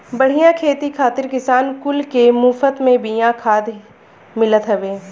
बढ़िया खेती खातिर किसान कुल के मुफत में बिया खाद मिलत हवे